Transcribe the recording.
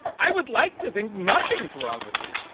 i would like to think nothing's wrong with you.